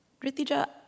Ritija